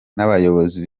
n’abayobozi